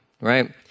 right